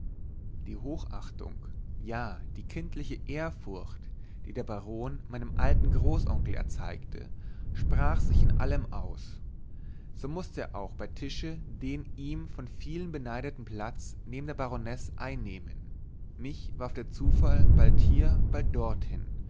die hochachtung ja die kindliche ehrfurcht die der baron meinem alten großonkel erzeigte sprach sich in allem aus so mußte er auch bei tische den ihm von vielen beneideten platz neben der baronesse einnehmen mich warf der zufall bald hier bald dorthin